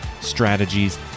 strategies